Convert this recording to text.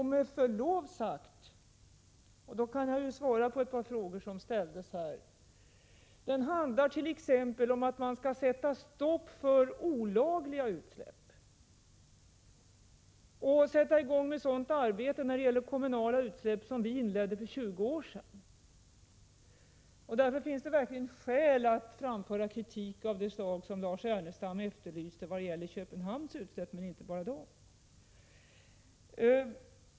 Med förlov sagt — och då kan jag svara på ett par frågor som ställdes här — handlar den t.ex. om att man skall sätta stopp för olagliga utsläpp och sätta i gång med sådant arbete när det gäller kommunala utsläpp som vi inledde för tjugo år sedan. Därför finns det verkligen skäl att framföra kritik av det slag som Lars Ernestam efterlyste mot Köpenhamns utsläpp, men inte bara mot de utsläppen.